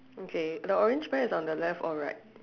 okay the orange pear is on the left or right